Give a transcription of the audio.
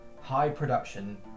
high-production